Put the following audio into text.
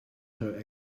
her